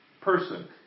person